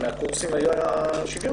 הקורסים היה שוויון במספר הגברים והנשים.